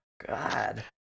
God